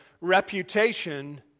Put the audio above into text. reputation